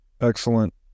Excellent